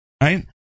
right